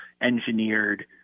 engineered